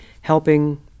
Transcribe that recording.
helping